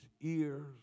ears